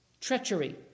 treachery